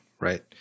right